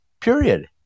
period